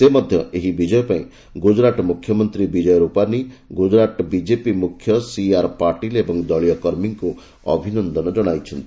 ସେ ମଧ୍ୟ ଏହି ବିଜୟ ପାଇଁ ଗୁଜୁରାଟ୍ ମୁଖ୍ୟମନ୍ତ୍ରୀ ବିଜୟ ରୁପାନୀ ଗୁଜୁରାଟ୍ ବିଜେପି ମୁଖ୍ୟ ସିଆର୍ ପାଟିଲ୍ ଓ ଦଳୀୟ କର୍ମୀଙ୍କ ଅଭିନନ୍ଦନ ଜଣାଇଛନ୍ତି